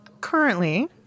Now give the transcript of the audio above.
currently